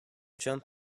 jump